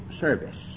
service